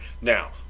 Now